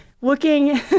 looking